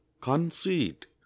conceit